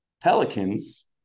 Pelicans